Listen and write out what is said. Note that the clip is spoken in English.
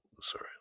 sorry